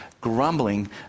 grumbling